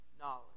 knowledge